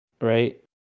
right